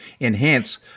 enhance